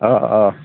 অ অ